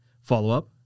Follow-up